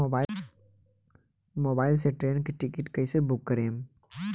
Mobile से train के ticket कैसे बूक करेम?